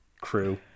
crew